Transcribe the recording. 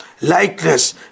likeness